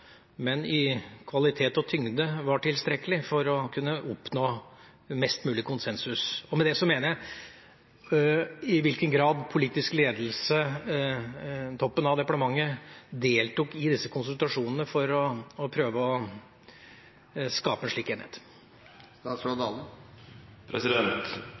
men i kvalitet og tyngde var tilstrekkelig for å kunne oppnå mest mulig konsensus. Med det mener jeg i hvilken grad politisk ledelse, toppen av departementet, deltok i disse konsultasjonene for å prøve å skape slik